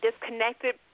disconnected